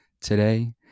Today